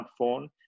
smartphone